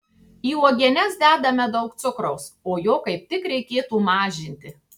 į uogienes dedame daug cukraus o jo kaip tik reikėtų mažinti